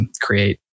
create